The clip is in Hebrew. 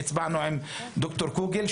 הצבענו עם ד"ר קוגל,